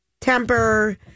temper